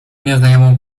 nieznajomą